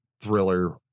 thriller